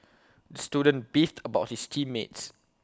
student beefed about his team mates